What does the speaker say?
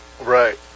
Right